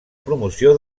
promoció